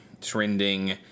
trending